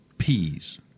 Peas